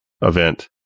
event